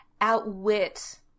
outwit